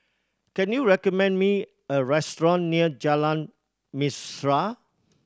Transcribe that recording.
can you recommend me a restaurant near Jalan Mesra